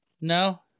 No